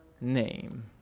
name